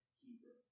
keeper